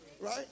Right